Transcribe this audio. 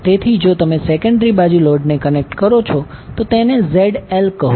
તેથી જો તમે સેકન્ડરી બાજુ લોડ ને કનેક્ટ કરો તો તેને ZLકહો